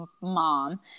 mom